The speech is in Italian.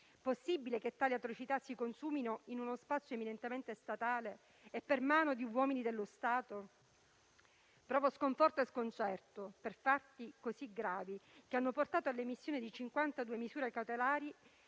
possibile che tali atrocità si consumino in uno spazio eminentemente statale e per mano di uomini dello Stato? Provo sconforto e sconcerto per fatti così gravi, che hanno portato all'emissione di 52 misure cautelari